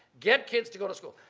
get kids to go to school.